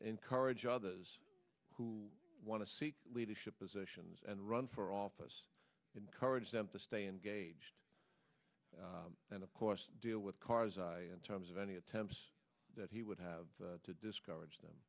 encourage others who want to seek leadership positions and run for office encourage them to stay engaged and of course deal with karzai in terms of any attempts that he would have to discourage them